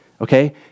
Okay